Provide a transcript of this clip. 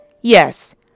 Yes